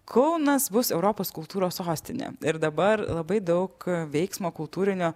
kaunas bus europos kultūros sostinė ir dabar labai daug veiksmo kultūrinio